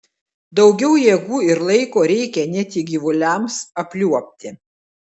daugiau jėgų ir laiko reikia ne tik gyvuliams apliuobti